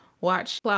watch